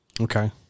Okay